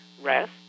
rest